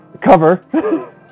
cover